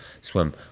swim